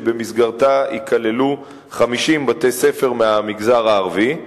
שבמסגרתה ייכללו 50 בתי-ספר מהמגזר הערבי.